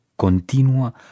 continua